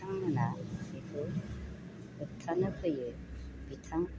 बिथांमोना बेखौ होबथानो फैयो बिथां